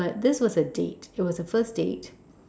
but this was a date it was a first date